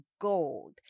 gold